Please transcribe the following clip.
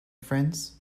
friends